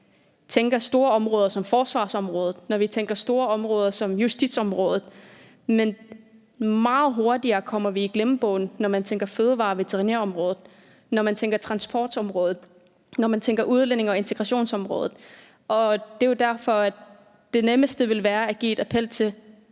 tænker store områder som forsvarsområdet, når vi tænker store områder som justitsområdet, men meget hurtigere kommer vi i glemmebogen, når man tænker fødevare- og veterinærområdet, når man tænker transportområdet, når man tænker udlændinge- og integrationsområdet. Og det er jo derfor, at det nemmeste ville være at rette en appel om